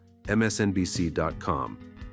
msnbc.com